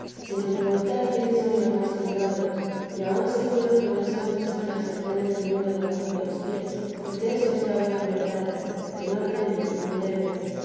sino preguntar quién son los más privados y a buen seguro que no sean personas que tengan al mundo debajo de los pies porque és hablan verdades que no temen ni deben